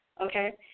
okay